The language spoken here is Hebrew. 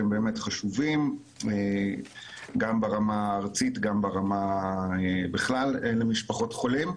שהם באמת חשובים גם ברמה הארצית וגם בכלל למשפחות חולים.